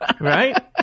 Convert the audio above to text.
right